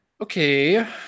Okay